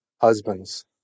Husbands